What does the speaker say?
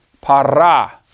para